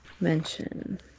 mention